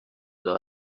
دارم